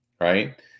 right